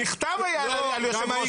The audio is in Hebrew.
המכתב היה על היושב-ראש,